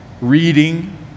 reading